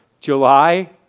July